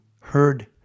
heard